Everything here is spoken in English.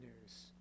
news